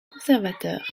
conservateur